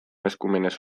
eskumenez